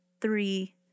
three